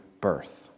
birth